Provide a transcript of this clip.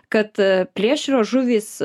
kad plėšrios žuvys